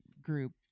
group